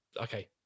okay